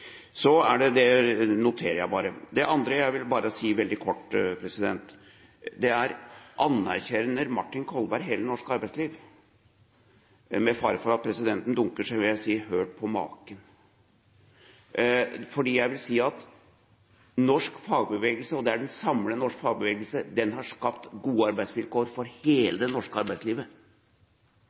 Det noterer jeg bare. Det andre jeg vil si bare veldig kort, er: Anerkjenner Martin Kolberg hele det norske arbeidsliv? Med fare for at presidenten dunker, vil jeg si: Har du hørt på maken? For norsk fagbevegelse – den samlede norske fagbevegelse – har skapt gode arbeidsvilkår for hele det norske arbeidslivet.